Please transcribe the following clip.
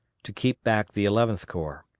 to keep back the eleventh corps.